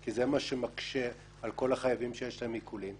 כי זה מה שמקשה על כל החייבים שיש להם עיקולים,